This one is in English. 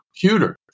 computer